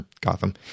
Gotham